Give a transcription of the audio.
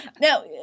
Now